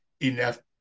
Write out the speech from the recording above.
enough